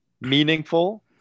meaningful